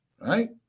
Right